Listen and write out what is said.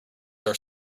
are